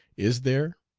is there,